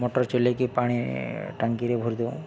motor ଚଲାଇକି ପାଣି ଟାଙ୍କିରେ ଭରି ଦେଉ